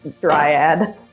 Dryad